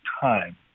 time